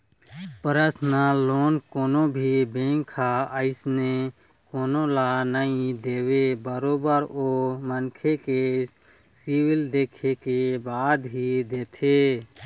personal loan कोनो भी bank ह अइसने कोनो ल नइ देवय बरोबर ओ मनखे के सिविल देखे के बाद ही देथे